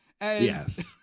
Yes